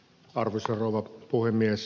arvoisa rouva puhemies